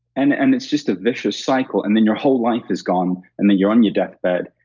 and and it's just a vicious cycle. and then, your whole life is gone, and then you're on your death bed,